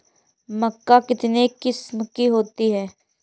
मक्का कितने किस्म की होती है?